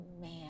man